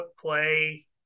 play